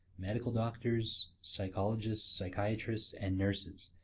medical doctors, psychologists, psychiatrists, and nurses.